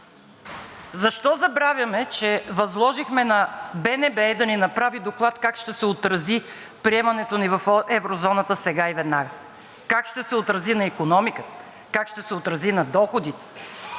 защо забравяме, че възложихме на БНБ да ни направи доклад как ще се отрази приемането ни в еврозоната сега и веднага, как ще се отрази на икономиката, как ще се отрази на доходите?